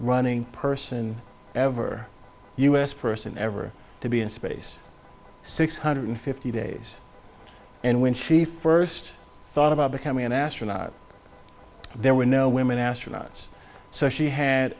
running person ever u s person ever to be in space six hundred fifty days and when she first thought about becoming an astronaut there were no women astronauts so she had